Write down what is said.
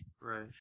Right